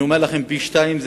אני אומר לכם: פי-שניים,